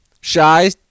shy